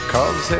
Cause